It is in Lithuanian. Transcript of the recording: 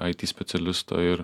it specialisto ir